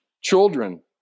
children